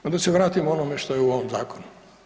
Ali da se vratimo onome što je u ovom zakonu.